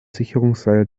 sicherungsseil